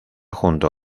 junto